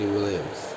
Williams